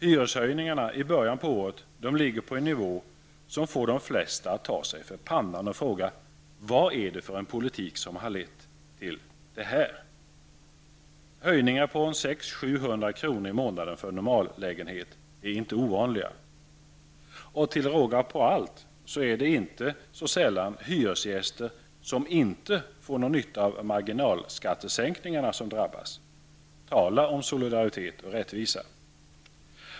Hyreshöjningarna i början på året ligger på en nivå som får de flesta att ta sig för pannan och fråga vad det är för en politik som har lett till detta. Höjningar på 600--700 kr. i månaden för en normallägenhet är inte ovanliga. Till råga på allt är det inte så sällan hyresgäster som inte får någon nytta av marginalskattesänkningarna som drabbas. Tala om solidaritet och rättvisa!